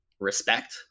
respect